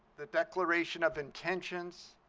the declaration of intentions,